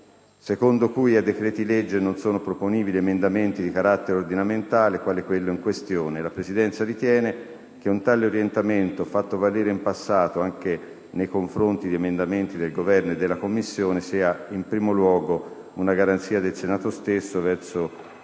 secondo cui ai decreti-legge non sono proponibili emendamenti di carattere ordinamentale come quello in questione. La Presidenza ritiene che un tale orientamento, fatto valere in passato anche nei confronti di emendamenti del Governo e della Commissione, sia in primo luogo una garanzia del Senato stesso verso un